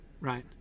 Right